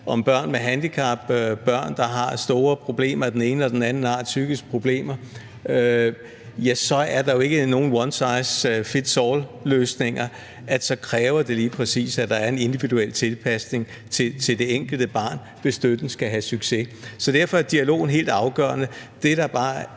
om børn med handicap, børn, der har store problemer af den ene eller den anden art, psykiske problemer, ja, så er der jo ikke nogen one size fits all-løsninger; så kræver det lige præcis, at der er en individuel tilpasning til det enkelte barn, hvis støtten skal have succes. Så derfor er dialogen helt afgørende. Det, der bare